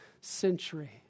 century